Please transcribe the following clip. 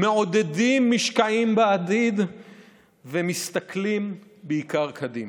מעודדים משקעים בעתיד ומסתכלים בעיקר קדימה.